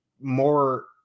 more